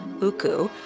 Uku